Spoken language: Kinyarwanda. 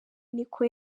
niko